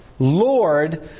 Lord